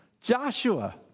Joshua